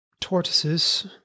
tortoises